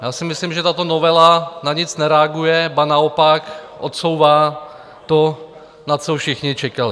Já si myslím, že tato novela na nic nereaguje, ba naopak odsouvá to, na co všichni čekali.